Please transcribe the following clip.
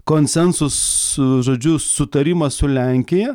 konsensusu žodžiu sutarimą su lenkija